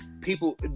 people